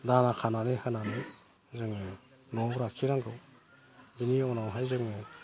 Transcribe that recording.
दाना खानानै होनानै जोङो न'आव लाखिनांगौ बेनि उनावहाय जोङो